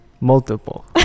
multiple